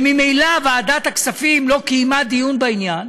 וממילא ועדת הכספים לא קיימה דיון בעניין